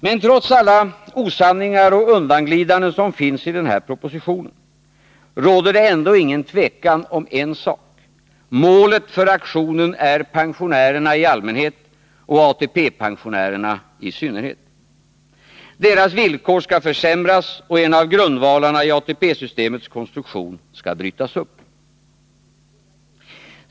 Men trots alla osanningar och undanglidanden i denna proposition, råder det inget tvivel om en sak: Målet för den här aktionen är pensionärerna i allmänhet och ATP-pensionärerna i synnerhet. Deras villkor skall försämras, och en av grundvalarna i ATP-systemets konstruktion skall brytas upp.